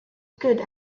good